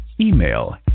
Email